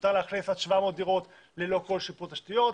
מותר לאכלס עד 700 דירות ללא כל שיפור תשתיות,